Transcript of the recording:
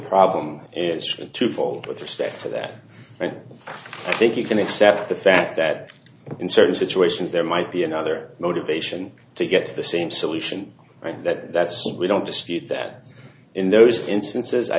problem it's twofold with respect to that i think you can accept the fact that in certain situations there might be another motivation to get to the same solution right that we don't dispute that in those instances i